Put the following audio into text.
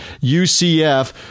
UCF